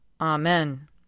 Amen